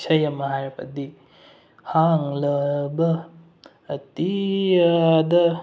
ꯏꯁꯩ ꯑꯃ ꯍꯥꯏꯔꯕꯗꯤ ꯍꯥꯡꯂꯕ ꯑꯇꯤꯌꯥꯗ